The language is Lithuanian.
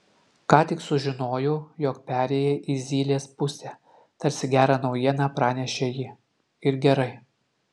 ką tik sužinojau jog perėjai į zylės pusę tarsi gerą naujieną pranešė ji ir gerai